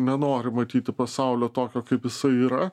nenori matyti pasaulio tokio kaip jisai yra